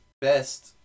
best